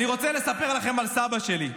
"אני רוצה לספר לכם על סבא שלי,